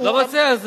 לא רוצה?